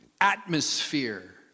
atmosphere